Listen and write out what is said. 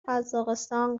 قزاقستان